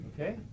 Okay